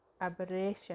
aberration